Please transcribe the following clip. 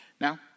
Now